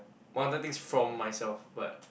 wanted things from myself but